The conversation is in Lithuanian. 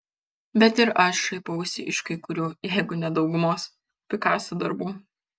bet ir aš šaipausi iš kai kurių jeigu ne daugumos pikaso darbų